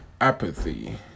apathy